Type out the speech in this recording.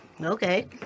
Okay